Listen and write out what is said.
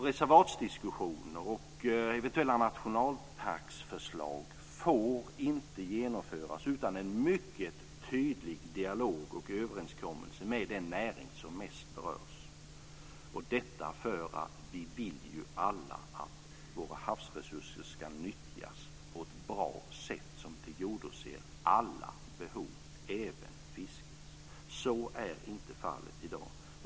Reservatsdiskussioner och eventuella nationalparksförslag får inte genomföras utan en mycket tydlig dialog och överenskommelse med den näring som mest berörs - detta för att vi ju alla vill att våra havsresurser ska nyttjas på ett bra sätt, som tillgodoser alla behov, även fiskets. Så är inte fallet i dag.